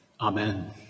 Amen